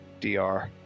DR